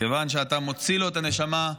כיוון שאתה מוציא לו את הנשמה.